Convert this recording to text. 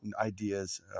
ideas